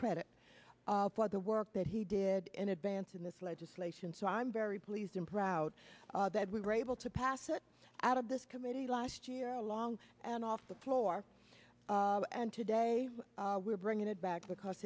credit for the work that he did in advance in this legislation so i'm very pleased and proud that we were able to pass it out of this committee last year along and off the floor and today we're bringing it back because